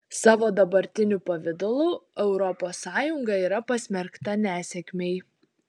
savo dabartiniu pavidalu europos sąjunga yra pasmerkta nesėkmei